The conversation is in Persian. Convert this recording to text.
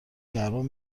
درمان